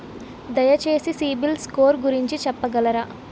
దయచేసి సిబిల్ స్కోర్ గురించి చెప్పగలరా?